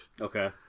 Okay